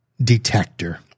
detector